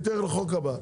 ותלך לחוק הבא.